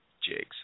Jigs